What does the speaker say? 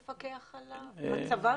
כן.